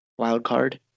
Wildcard